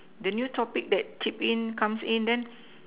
the new topic that tip in comes in then